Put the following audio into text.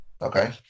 okay